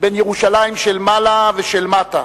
בין ירושלים של מעלה ושל מטה,